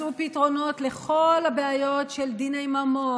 מצאו פתרונות לכל הבעיות של דיני ממון,